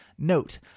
Note